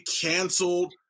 canceled